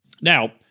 Now